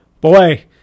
Boy